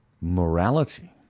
morality